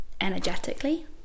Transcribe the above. energetically